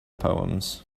poems